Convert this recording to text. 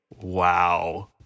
wow